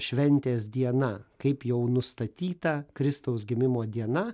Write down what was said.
šventės diena kaip jau nustatyta kristaus gimimo diena